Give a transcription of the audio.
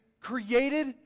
created